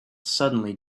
suddenly